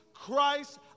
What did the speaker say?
Christ